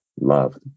loved